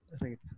Right